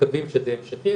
מקווים שזה יהיה המשכי,